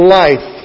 life